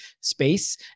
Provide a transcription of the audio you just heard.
space